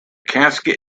casket